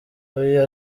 iyo